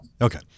Okay